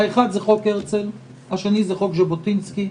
חוק הרצל וחוק ז'בוטינסקי.